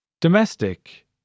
Domestic